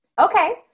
Okay